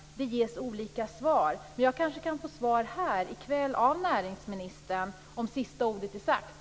Det ges olika svar. Men jag kanske kan få svar här i kväll av näringsministern om sista ordet är sagt.